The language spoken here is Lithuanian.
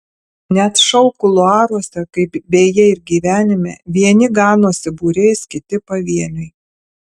net šou kuluaruose kaip beje ir gyvenime vieni ganosi būriais kiti pavieniui